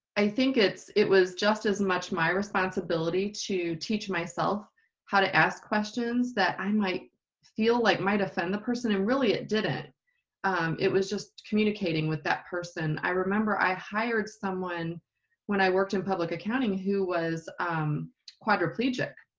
i think it's it was just as much my responsibility to teach myself how to ask questions that i might feel like might offend the person who and really it ddn't. it it was just communicating with that person. i remember i hired someone when i worked in public accounting who was quadriplegic